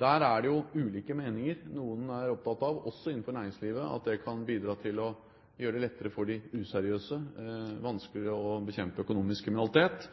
Der er det jo ulike meninger. Noen er opptatt av, også innenfor næringslivet, at det kan bidra til å gjøre det lettere for de useriøse – vanskeligere å bekjempe økonomisk kriminalitet –